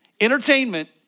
entertainment